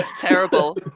Terrible